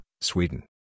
Sweden